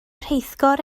rheithgor